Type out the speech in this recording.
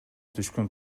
түшкөн